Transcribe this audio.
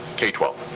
k twelve.